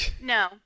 No